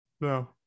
No